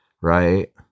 right